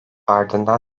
ardından